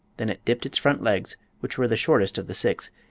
then it dipped its front legs, which were the shortest of the six,